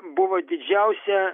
buvo didžiausia